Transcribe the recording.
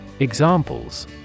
Examples